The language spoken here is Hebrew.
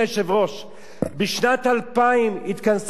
בשנת 2000 התכנסו כל ראשי הדתות באו"ם,